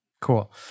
Cool